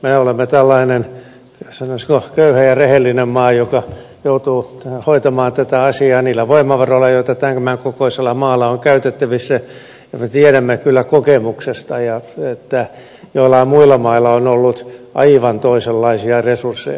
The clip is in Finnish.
me olemme tällainen sanoisiko köyhä ja rehellinen maa joka joutuu hoitamaan tätä asiaa niillä voimavaroilla joita tämän kokoisella maalla on käytettävissä ja me tiedämme kyllä kokemuksesta että joillain muilla mailla on ollut aivan toisenlaisia resursseja